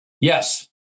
Yes